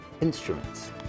instruments